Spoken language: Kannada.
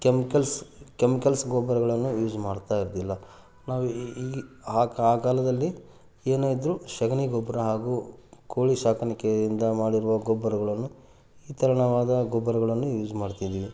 ಕೆಮಿಕಲ್ಸ್ ಕೆಮಿಕಲ್ಸ್ ಗೊಬ್ಬರಗಳನ್ನು ಯೂಸ್ ಮಾಡ್ತಾಯಿರಲಿಲ್ಲ ನಾವು ಈ ಈ ಆ ಕಾ ಆ ಕಾಲದಲ್ಲಿ ಏನೇ ಇದ್ದರು ಸಗಣಿ ಗೊಬ್ಬರ ಹಾಗೂ ಕೋಳಿ ಸಾಕಾಣಿಕೆಯಿಂದ ಮಾಡಿರುವ ಗೊಬ್ಬರಗಳನ್ನು ಈ ಥರನವಾದ ಗೊಬ್ಬರಗಳನ್ನು ಯೂಸ್ ಮಾಡ್ತಿದ್ವಿ